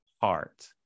heart